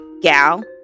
gal